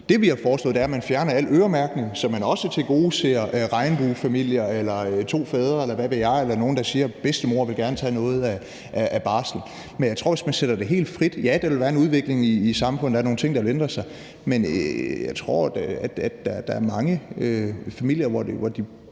Det, vi har foreslået, er, at man fjerner al øremærkning, så man også tilgodeser regnbuefamilier eller to fædre, eller hvad ved jeg, eller nogle, der siger, at bedstemor gerne vil tage noget af barslen. Jeg tror, at hvis man sætter det helt frit, ja, så vil der være en udvikling i samfundet, og der er nogle ting, der vil ændre sig, men jeg tror, at der er mange familier, hvor de